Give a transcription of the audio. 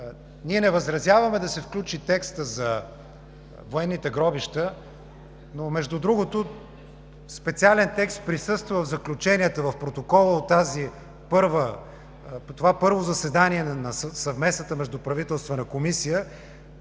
ние не възразяваме да се включи текстът за военните гробища, но, между другото, специален текст присъства в заключенията в протокола от това първо заседание на Съвместната междуправителствена комисия,